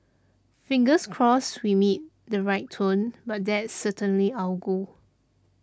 fingers crossed we meet the right tone but that's certainly our goal